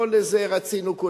לא את זה רצינו כולנו,